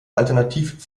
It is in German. alternativ